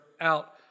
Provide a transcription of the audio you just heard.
out